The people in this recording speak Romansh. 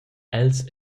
els